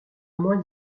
moins